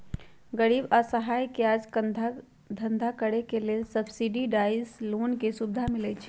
गरीब असहाय के काज धन्धा करेके लेल सब्सिडाइज लोन के सुभिधा मिलइ छइ